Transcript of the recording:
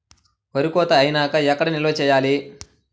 వరి కోత అయినాక ఎక్కడ నిల్వ చేయాలి?